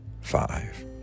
five